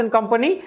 Company